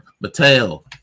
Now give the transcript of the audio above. Mateo